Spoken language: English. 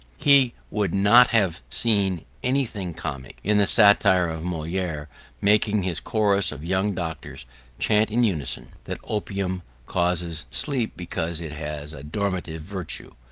he would not have seen anything comic in the satire of moliere making his chorus of young doctors chant in unison that opium causes sleep because it has a dormitive virtue.